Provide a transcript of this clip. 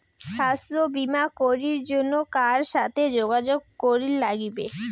স্বাস্থ্য বিমা করির জন্যে কার সাথে যোগাযোগ করির নাগিবে?